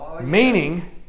Meaning